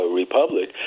republic